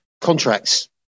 contracts